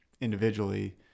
individually